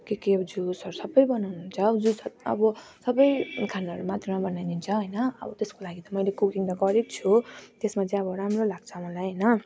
के के अब जुसहरू सबै बनाउनु हुन्छ अब जुसहरू अब सबै खानाहरू मात्रमा बनाउनु हुन्छ होइन त्यसको लागि त मैले त कुकिङ त गरेको छु त्यसमा चाहिँ अब राम्रो लाग्छ मलाई होइन